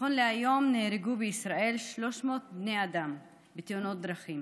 נכון להיום נהרגו בישראל 300 בני אדם בתאונות דרכים,